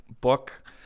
book